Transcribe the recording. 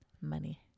money